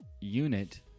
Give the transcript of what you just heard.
Unit